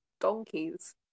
donkeys